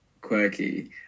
quirky